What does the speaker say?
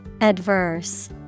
Adverse